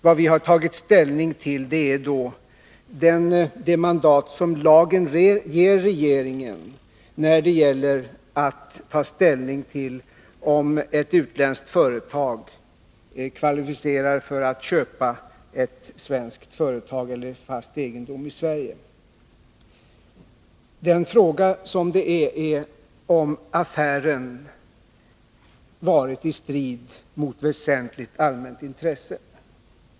Vad vi har handlat efter är det mandat som lagen ger regeringen när det gäller att ta 5 ställning till om ett utländskt företag är kvalificerat att köpa ett svenskt företag eller fast egendom i Sverige. Frågan gällde om affären stod i strid med ett väsentligt allmänt intresse.